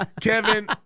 Kevin